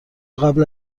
قبل